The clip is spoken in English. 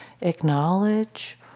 acknowledge